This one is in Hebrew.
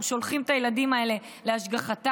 אנחנו שולחים את הילדים האלה להשגחתם,